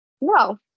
No